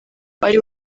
ari